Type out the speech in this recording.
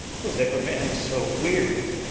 was ever man so weary?